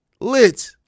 lit